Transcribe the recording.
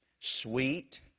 sweet